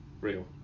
real